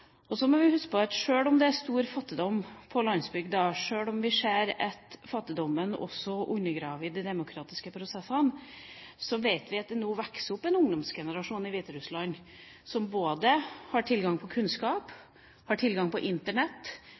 må huske på at sjøl om det er stor fattigdom på landsbygda, sjøl om vi ser at fattigdommen også undergraver de demokratiske prosessene, vokser det nå opp en ungdomsgenerasjon i Hviterussland som har tilgang på både kunnskap,